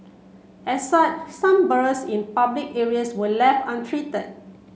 as such some burrows in public areas were left untreated